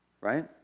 right